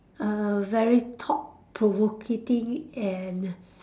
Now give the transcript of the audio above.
a very thought provoking and